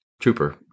trooper